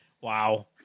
Wow